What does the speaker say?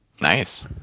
nice